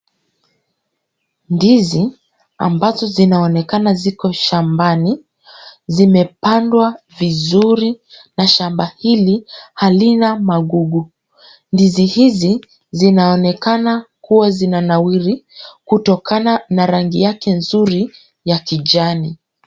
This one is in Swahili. Ndizi ambazo zinaonekana ziko shambani, zimepandwa vizuri na shamba hili halina magugu. Ndizi hizi zinaonekana kuwa zinanawiri, kutokana na rangi yake nzuri ya kijani.